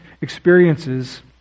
experiences